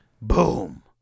boom